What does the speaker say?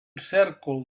cèrcol